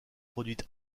produite